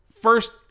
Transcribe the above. first